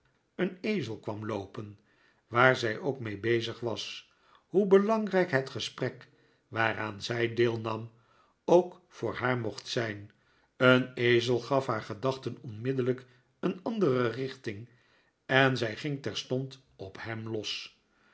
een ezel kwam loopen waar zij ook mee bezig was hoe belangrijk het gesprek waaraan zij deelnam ook voor haar mocht zijn een ezel gaf haar gedachten oogenblikkelijk een andere richting en zij ging terstond op hem los